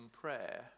prayer